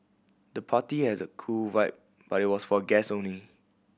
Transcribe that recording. the party has a cool vibe but was for guest only